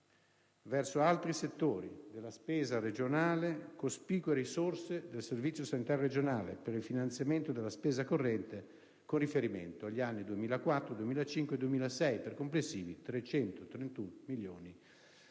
verso altri settori della spesa regionale cospicue risorse del servizio sanitario regionale, per il finanziamento della spesa corrente con riferimento agli anni 2004, 2005 e 2006, per complessivi 331 milioni di euro,